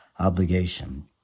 obligation